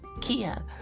Kia